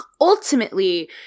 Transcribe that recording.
ultimately